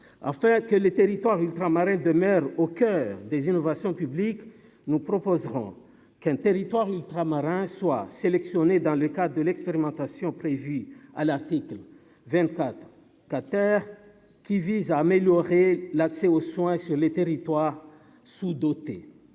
faire que les territoires ultramarins demeure au coeur des innovations public nous proposerons qu'un territoire ultramarin soit sélectionné dans le cadre de l'expérimentation prévue à l'article 24 qui vise à améliorer l'accès aux soins sur les territoires sous-dotés,